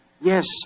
Yes